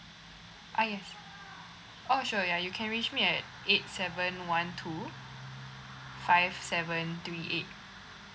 uh yes oh sure ya you can reach me at eight seven one two five seven three eight